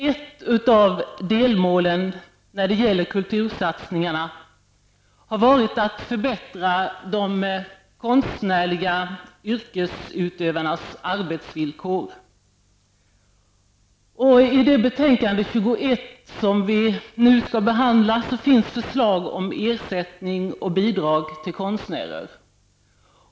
Ett av delmålen i kultursatsningarna har varit att förbättra de konstnärliga yrkesutövarnas arbetsvillkor. I kulturutskottets betänkande nr 21, som vi nu behandlar, finns förslag om ersättning och bidrag till konstnärer.